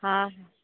हा